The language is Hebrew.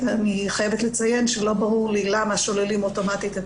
אני חייבת לציין שלא ברור לי למה שוללים אוטומטית את